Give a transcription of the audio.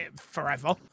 forever